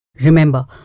Remember